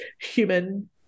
human